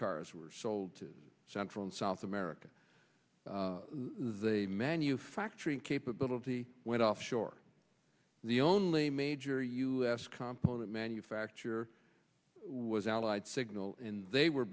cars were sold to central and south america they manufacturing capability went offshore the only major u s companies manufacture was allied signal in they were